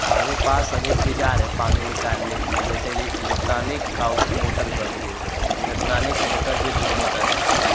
हमारे पास अनेक विचार हैं पानी निकालने के लिए जैसे इलेक्ट्रानिक का का प्रयोग इलेक्ट्रानिक मोटर विद्युत मोटर है